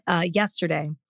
yesterday